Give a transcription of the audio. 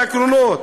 הנדרש.